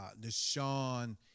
Deshaun